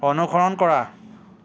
অনুসৰণ কৰা